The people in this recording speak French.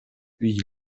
puis